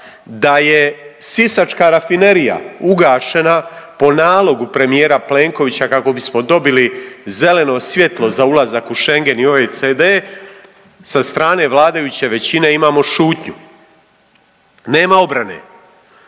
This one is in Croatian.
da je Sisačka rafinerija ugašena po nalogu premijera Plenkovića kako bismo dobili zeleno svjetlo za ulazak u Schengen i OECD sa strane vladajuće većine imamo šutnju. Nema obrane.